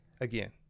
Again